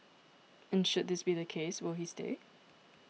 and should this be the case will he stay